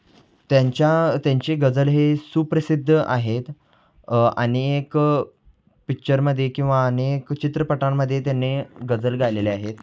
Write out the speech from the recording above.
त्यांच्या त्यांचे गजल हे सुप्रसिद्ध आहेत अनेक पिकचरमध्ये किंवा अनेक चित्रपटांमध्ये त्यांनी गजल गायलेले आहेत